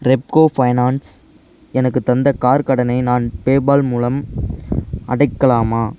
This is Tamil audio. ரெப்கோ ஃபைனான்ஸ் எனக்கு தந்த கார் கடனை நான் பேபால் மூலம் அடைக்கலாமா